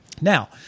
Now